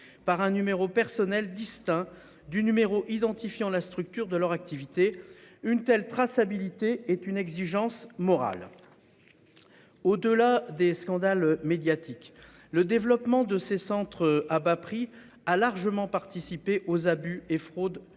par un numéro personnel distinct du numéro identifiant la structure de leur activité. Une telle traçabilité est une exigence morale. Au delà des scandales médiatiques, le développement de ces centres à bas prix a largement participé aux abus et fraudes recensées